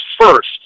first